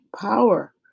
power